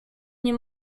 nie